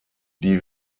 die